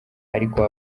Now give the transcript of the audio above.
ariko